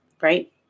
right